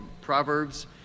Proverbs